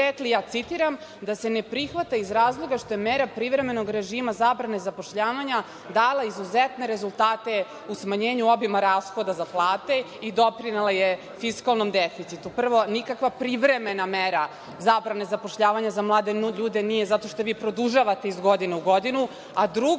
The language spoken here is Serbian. ja citiram – da se ne prihvata iz razloga što je mera privremenog režima zabrane zapošljavanja dala izuzetne rezultate u smanjenju obima rashoda za plate i doprinela je fiskalnom deficitu. Prvo, nikakva privremena mera zabrane zapošljavanja za mlade ljude nije zato što vi produžavate iz godine u godinu, a drugo,